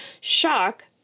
shock